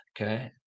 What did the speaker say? okay